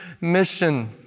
mission